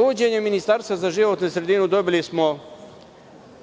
uvođenjem ministarstva za životnu sredinu dobili smo